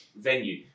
venue